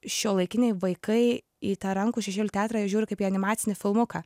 šiuolaikiniai vaikai į tą rankų šešėlių teatrą žiūri kaip į animacinį filmuką